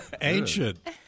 Ancient